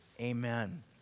Amen